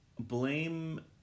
Blame